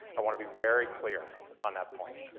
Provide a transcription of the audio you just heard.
i want to be very clear on that point.